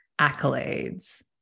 accolades